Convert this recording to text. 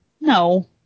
No